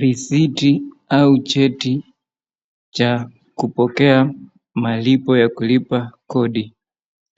Risiti au cheti cha kupokea malipo ya kulipa kodi.